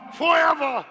forever